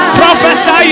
prophesy